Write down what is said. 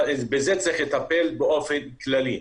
אבל בזה צריך לטפל באופן כללי,